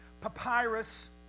papyrus